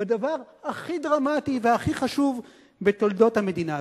בדבר הכי דרמטי והכי חשוב בתולדות המדינה.